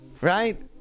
Right